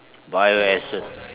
Bio Essence